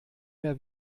mehr